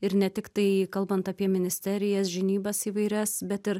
ir ne tiktai kalbant apie ministerijas žinybas įvairias bet ir